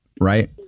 right